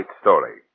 story